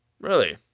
Really